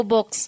Box